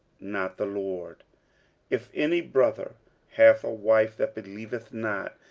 not the lord if any brother hath a wife that believeth not,